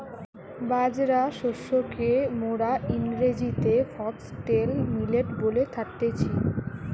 বাজরা শস্যকে মোরা ইংরেজিতে ফক্সটেল মিলেট বলে থাকতেছি